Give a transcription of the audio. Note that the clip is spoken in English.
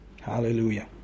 Hallelujah